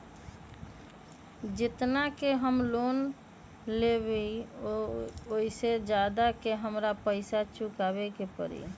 जेतना के हम लोन लेबई ओ से ज्यादा के हमरा पैसा चुकाबे के परी?